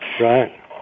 Right